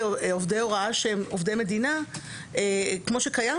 עובדי הוראה שהם עובדי מדינה כפי שקיים,